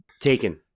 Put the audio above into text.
taken